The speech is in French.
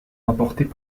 rapportées